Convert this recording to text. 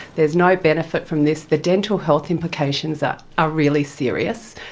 there's no benefit from this. the dental health implications are ah really serious,